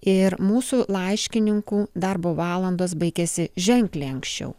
ir mūsų laiškininkų darbo valandos baigėsi ženkliai anksčiau